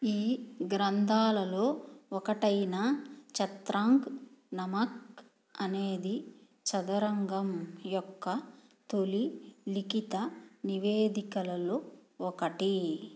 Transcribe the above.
ఈ గ్రంథాలలో ఒకటైన చత్రాంగ్ నమక్ అనేది చదరంగం యొక్క తొలి లిఖిత నివేదికలలో ఒకటి